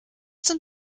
zum